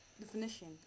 definition